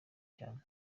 cyane